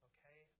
Okay